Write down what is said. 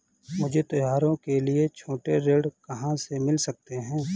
मुझे त्योहारों के लिए छोटे ऋण कहाँ से मिल सकते हैं?